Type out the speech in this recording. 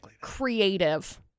creative